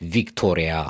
Victoria